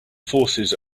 forces